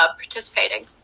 participating